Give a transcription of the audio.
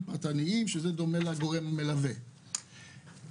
פרטניים שזה דומה לגורם המלווה שהזכרת,